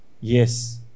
yes